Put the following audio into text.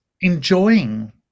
enjoying